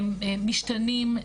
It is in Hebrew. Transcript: משתנים,